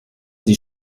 die